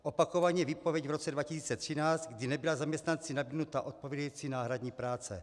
Opakovaně výpověď v roce 2013, kdy nebyla zaměstnanci nabídnuta odpovídající náhradní práce.